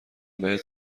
بهت